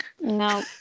No